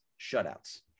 shutouts